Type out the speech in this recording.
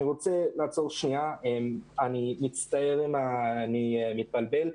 אני מצטער אם אני מתבלבל,